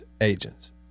agents